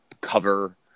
cover